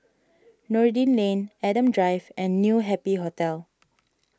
Noordin Lane Adam Drive and New Happy Hotel